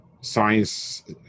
science